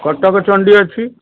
କଟକ ଚଣ୍ଡୀ ଅଛି